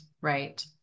Right